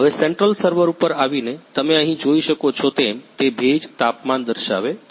હવે central server પર આવીને તમે અહીં જોઈ શકો છો તેમ તે ભેજ તાપમાન દર્શાવે છે